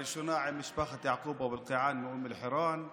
הראשונה עם משפחת יעקוב אבו אלקיעאן מאום אל-חיראן,